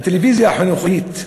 הטלוויזיה החינוכית,